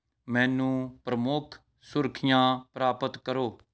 ਮੈਨੂੰ ਪ੍ਰਮੁੱਖ ਸੁਰਖੀਆਂ ਪ੍ਰਾਪਤ ਕਰੋ